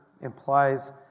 implies